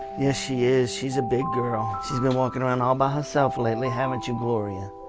yes, she is. she's a big girl. she's been walking around all by herself lately. haven't you, gloria?